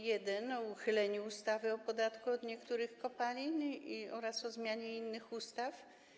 Jeden dotyczył uchylenia ustawy o podatku od niektórych kopalin oraz zmiany innych ustaw.